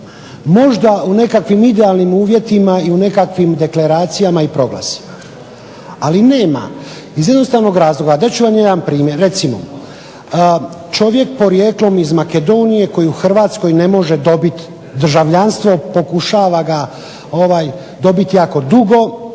Možda u nekakvim idealnim uvjetima i u nekakvim deklaracijama i proglasima, ali nema iz jednostavnog razloga. Dat ću vam jedan primjer, recimo čovjek porijeklom iz Makedonije koji u Hrvatskoj ne može dobiti državljanstvo pokušava ga dobiti jako dugo,